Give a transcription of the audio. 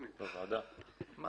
אני